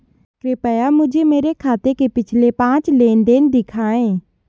कृपया मुझे मेरे खाते के पिछले पांच लेन देन दिखाएं